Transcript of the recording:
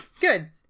Good